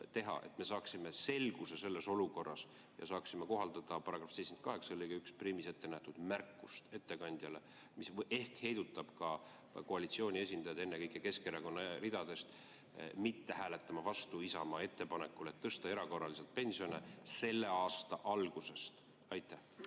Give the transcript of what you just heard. –, et me saaksime selguse selles olukorras ja saaksime kohaldada § 78 lõikes 11ette nähtud märkust ettekandjale, mis ehk heidutab ka koalitsiooni esindajaid, ennekõike Keskerakonna ridadest, mitte hääletama vastu Isamaa ettepanekule tõsta erakorraliselt pensione selle aasta algusest. Ma